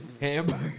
hamburger